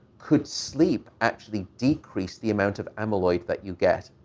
could sleep actually decrease the amount of amyloid that you get?